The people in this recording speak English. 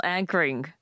anchoring